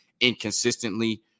inconsistently